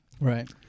Right